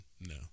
no